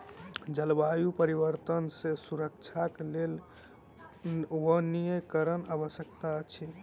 जलवायु परिवर्तन सॅ सुरक्षाक लेल वनीकरणक आवश्यकता अछि